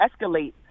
escalate